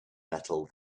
metal